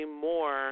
more